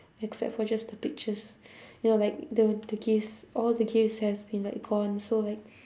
except for just the pictures you know like the the gifts all the gifts has been like gone so like